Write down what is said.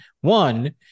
One